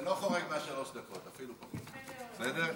ולא חורג משלוש הדקות, אפילו פחות, בסדר?